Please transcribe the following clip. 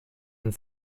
and